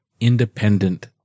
independent